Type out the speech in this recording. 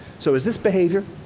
so, is this behavior?